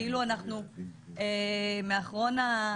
כאילו אנחנו מאחרון ה,